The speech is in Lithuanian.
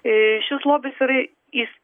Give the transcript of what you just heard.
šis lobis yra jis